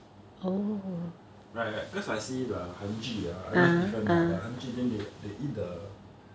right right because I see the 韩剧 ah I know is different ah but 韩剧 then they eat the